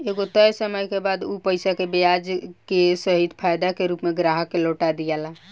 एगो तय समय के बाद उ पईसा के ब्याज के सहित फायदा के रूप में ग्राहक के लौटा दियाला